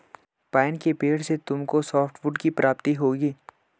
pine के पेड़ से तुमको सॉफ्टवुड की प्राप्ति होगी